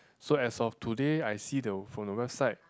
so as of today I see the from the website